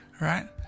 Right